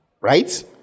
right